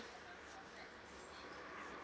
mm